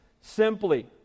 simply